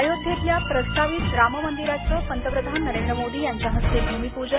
अयोध्यातल्या प्रस्तावित राम मंदिराचं पंतप्रधान नरेंद्र मोदी यांच्या हस्ते भूमिपूजन